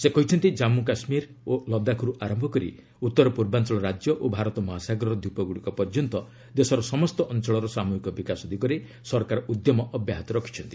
ସେ କହିଛନ୍ତି ଜନ୍ମ କାଶ୍ମୀର ଓ ଲଦାଖ୍ର ଆରମ୍ଭ କରି ଉତ୍ତର ପୂର୍ବାଞ୍ଚଳ ରାଜ୍ୟ ଓ ଭାରତ ମହାସାଗରର ଦ୍ୱୀପଗୁଡ଼ିକ ପର୍ଯ୍ୟନ୍ତ ଦେଶର ସମସ୍ତ ଅଞ୍ଚଳର ସାମ୍ଭିହିକ ବିକାଶ ଦିଗରେ ସରକାର ଉଦ୍ୟମ ଅବ୍ୟାହତ ରଖିଛନ୍ତି